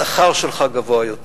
השכר שלך גבוה יותר.